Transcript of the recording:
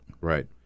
Right